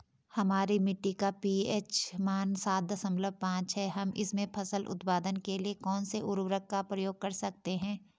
हमारी मिट्टी का पी.एच मान सात दशमलव पांच है हम इसमें फसल उत्पादन के लिए कौन से उर्वरक का प्रयोग कर सकते हैं?